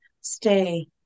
Stay